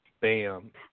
Bam